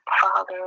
Father